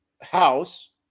house